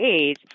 age